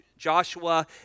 Joshua